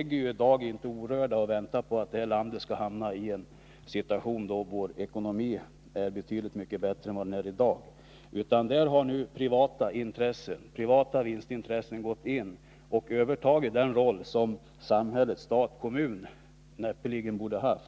i dag inte orörda väntar på att vårt land skall hamna i en situation där vår ekonomi är betydligt bättre än den är i dag. I stället har nu privata vinstintressen övertagit den roll som samhället — stat och kommun — borde ha.